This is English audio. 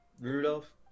Rudolph